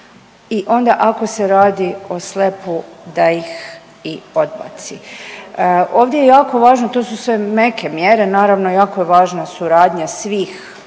i onda ako se radi o SLAPP-u da ih i odbaci. Ovdje je jako važno, to su sve meke mjere, naravno jako je važna suradnja svih